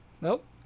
Nope